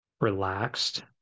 relaxed